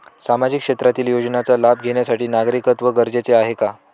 सामाजिक क्षेत्रातील योजनेचा लाभ घेण्यासाठी नागरिकत्व गरजेचे आहे का?